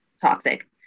toxic